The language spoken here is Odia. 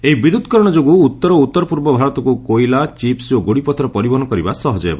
ଏହି ବିଦ୍ୟୁତିକରଣ ଯୋଗୁଁ ଉତ୍ତର ଓ ଉତ୍ତରପୂର୍ବ ଭାରତକୁ କୋଇଲା ଚିପ୍ସ ଓ ଗୋଡ଼ିପଥର ପରିବହନ କରିବା ସହଜ ହେବ